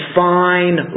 fine